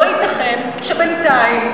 לא ייתכן שבינתיים,